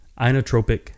inotropic